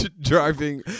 driving